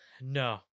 no